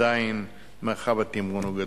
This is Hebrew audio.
כי עדיין מרחב התמרון הוא גדול.